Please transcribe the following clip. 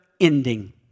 ending